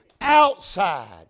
outside